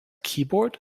keyboard